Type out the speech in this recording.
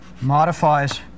modifies